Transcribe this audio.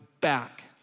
back